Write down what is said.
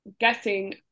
guessing